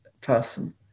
person